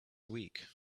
week